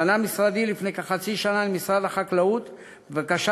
פנה משרדי לפני כחצי שנה למשרד החקלאות בבקשה